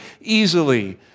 easily